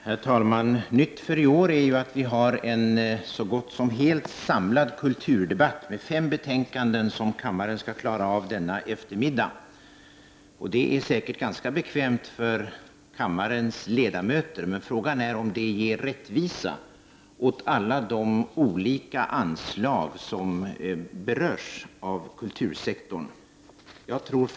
Herr talman! Nytt för i år är att vi har en så gott som helt samlad kulturdebatt med fem betänkanden, som kammaren skall klara av att behandla denna eftermiddag. Det är säkert ganska bekvämt för kammarens ledamöter, men frågan är om det ger rättvisa åt alla de olika anslag på kultursektorn som berörs.